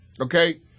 Okay